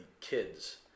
kids